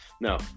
No